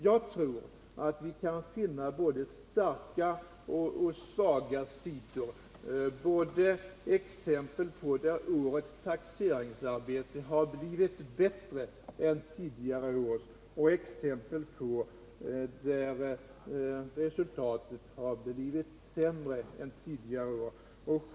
Jag tror att vi kan finna både starka och svaga sidor, både exempel på områden där årets taxeringsarbete blivit bättre än tidigare års och exempel på områden där resultatet har blivit sämre än tidigare år.